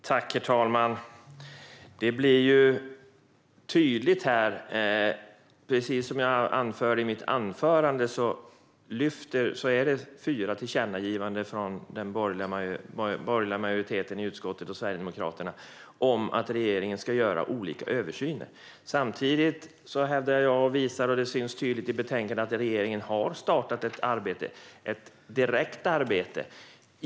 Herr talman! Precis som jag sa i mitt anförande finns det fyra tillkännagivanden från den borgerliga majoriteten i utskottet och Sverigedemokraterna om att regeringen ska göra olika översyner. Samtidigt hävdar jag - och det framgår tydligt av betänkandet - att regeringen har startat ett direkt arbete.